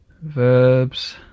Verbs